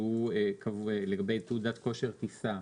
לגבי תעודת כושר טיסה.